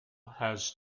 has